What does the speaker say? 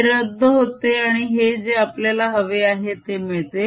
हे रद्द होते आणि हे जे आपल्याला हवे आहे ते मिळते